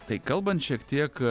tai kalbant šiek tiek